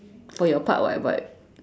for your part [what] but